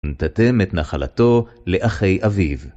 נתתם את נחלתו לאחי אביו.